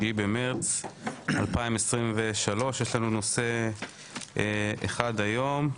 9 במרס 2023. יש לנו נושא אחד על סדר היום.